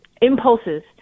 impulses